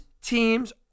teams